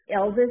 Elvis